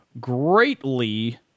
Greatly